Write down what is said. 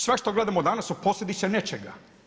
Sve što gledamo danas, o posljedici nečega.